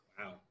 Wow